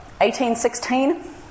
1816